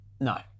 No